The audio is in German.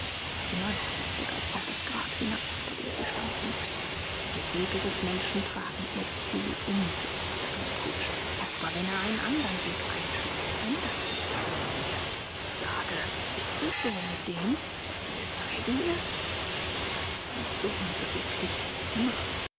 immer noch wies der geist auf das grab hinab vor dem sie standen die wege des menschen tragen ihr ziel in sich sagte scrooge aber wenn er einen andern weg einschlägt ändert sich das ziel sage ist es so mit dem was du mir zeigen wirst der geist blieb so unbeweglich wie immer